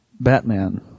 Batman